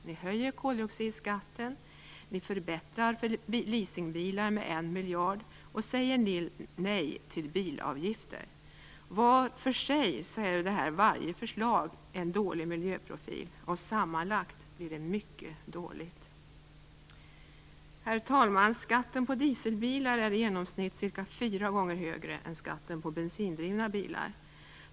Ni höjer koldioxidskatten, förbättrar villkoren för leasingbilar med en miljard och säger nej till bilavgifter. Vart för sig ger varje förslag en dålig miljöprofil, och sammanlagt blir miljöprofilen mycket dålig. Herr talman! Skatten på dieselbilar är i genomsnitt cirka fyra gånger högre än skatten på bensindrivna bilar.